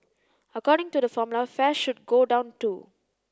according to the formula fares should go down too